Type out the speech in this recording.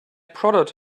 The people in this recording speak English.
prodded